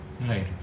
Right